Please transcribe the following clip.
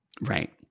right